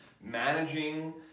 Managing